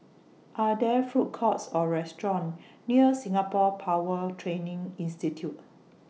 Are There Food Courts Or restaurants near Singapore Power Training Institute